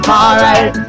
alright